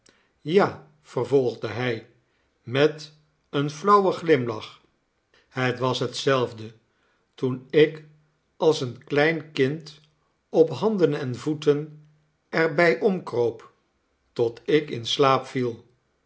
ja vervolgde hij met een flauwen glimlach het was hetzelfde toen ik als een klein kind op handen en voeten er bij omkroop tot ik in slaap viel